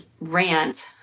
rant